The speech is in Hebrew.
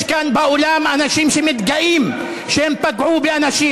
יש כאן באולם אנשים שמתגאים שהם פגעו באנשים.